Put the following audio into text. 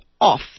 off